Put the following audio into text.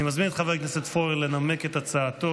אני מזמין את חבר הכנסת פורר לנמק את הצעתו,